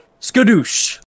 Skadoosh